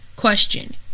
Question